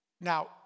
Now